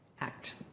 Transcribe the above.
act